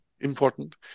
important